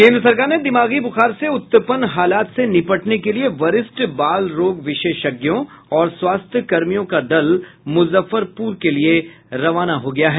केन्द्र सरकार ने दिमागी बुखार से उत्पन्न हालात से निपटने के लिये वरिष्ठ बाल रोग विशेषज्ञों और स्वास्थ्य कर्मियों का दल मुजफ्फरपुर के लिए रवाना हो गया है